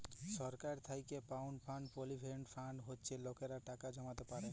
সরকার থ্যাইকে পাউয়া fund provident fund হছে লকেরা টাকা জ্যমাইতে পারে